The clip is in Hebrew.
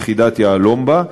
יחידת "יהלום" בה,